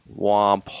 Womp